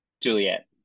Juliet